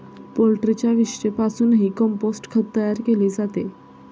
पोल्ट्रीच्या विष्ठेपासूनही कंपोस्ट खत तयार केले जाते